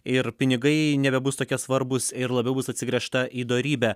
ir pinigai nebebus tokie svarbūs ir labiau bus atsigręžta į dorybę